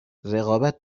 رقابت